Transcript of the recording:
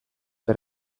per